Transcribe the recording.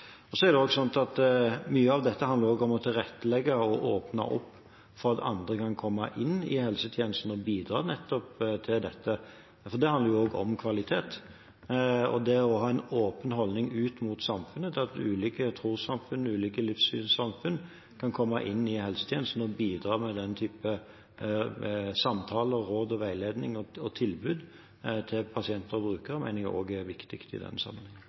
Mye av dette handler også om å tilrettelegge og åpne opp for at andre skal kunne komme inn i helsetjenesten og bidra til dette. Det handler også om kvalitet. Å ha en åpen holdning, ut mot samfunnet, til at ulike trossamfunn og livssynssamfunn kan komme inn i helsetjenesten og bidra med denne typen samtaler, råd og veiledning og tilbud til pasienter og brukere, mener jeg også er viktig i denne sammenhengen.